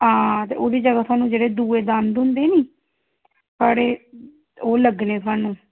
हां ते ओह्दी जगह थुहान्नूं निं जेह्ड़े दूए दंद होंदे निं थुआढ़े ओह् लग्गने थुहान्नूं